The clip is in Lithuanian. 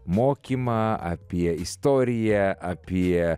mokymą apie istoriją apie